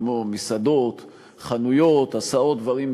מייד כשנודע הדבר,